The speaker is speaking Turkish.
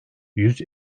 yüz